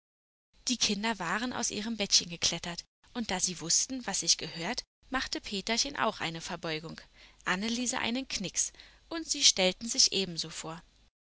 die kinder waren aus ihrem bettchen geklettert und da sie wußten was sich gehört machte peterchen auch eine verbeugung anneliese einen knicks und sie stellten sich ebenso vor